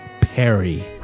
Perry